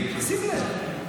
שים לב,